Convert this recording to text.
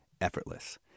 effortless